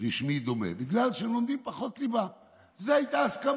רשמי דומה", בגלל שהם לומדים פחות ליבה.